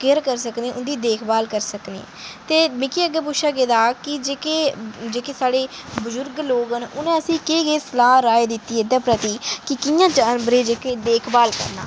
care करी सकने उं'दी देखभाल करी सकने ते मिगी अग्गें पुच्छेआ गेदा कि जेह्के जेह्के साढे बजुर्ग लोक न उ'नें असें गी केह् केह् सलाह् राय दित्ती दी ऐ एह्दे प्रति कि कि'यां जानवरें दी जेह्की देखभाल करनी